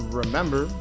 remember